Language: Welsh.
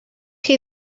chi